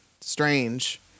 Strange